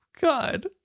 God